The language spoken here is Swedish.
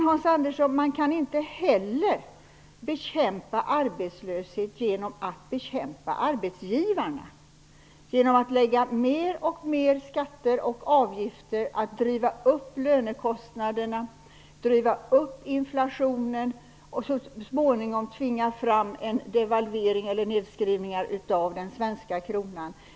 Men man kan inte heller bekämpa arbetslöshet genom att bekämpa arbetsgivarna genom att införa mer och mer skatter och avgifter, att driva upp lönekostnaderna, driva upp inflationen och så småningom tvinga fram en devalvering av den svenska kronan.